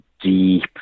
Deep